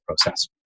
process